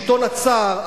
שלטון הצאר,